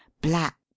black